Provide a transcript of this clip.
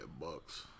Bucks